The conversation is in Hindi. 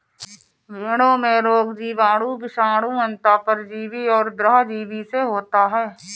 भेंड़ों में रोग जीवाणु, विषाणु, अन्तः परजीवी और बाह्य परजीवी से होता है